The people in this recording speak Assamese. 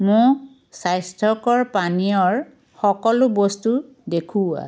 মোক স্বাস্থ্যকৰ পানীয়ৰ সকলো বস্তু দেখুওৱা